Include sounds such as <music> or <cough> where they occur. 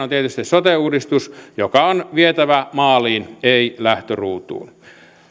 <unintelligible> on tietysti sote uudistus joka on vietävä maaliin ei lähtöruutuun